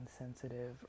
insensitive